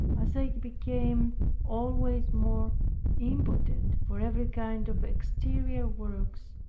as i became always more impotent for every kind of exterior works,